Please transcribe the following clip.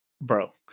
bro